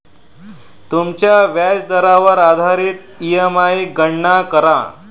तुमच्या व्याजदरावर आधारित ई.एम.आई गणना करा